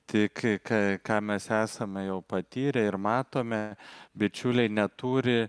tik ką ką mes esame jau patyrę ir matome bičiuliai neturi